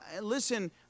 listen